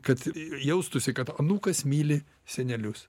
kad jaustųsi kad anūkas myli senelius